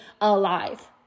alive